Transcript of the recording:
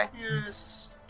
Yes